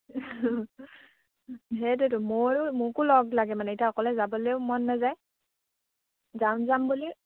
সেইটোৱেতো ময়ো মোকো লগ লাগে মানে এতিয়া অকলে যাবলেও মন নাযায় যাম যাম বুলি